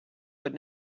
but